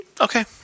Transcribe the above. Okay